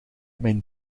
mijn